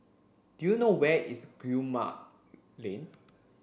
do you know where is Guillemard Lane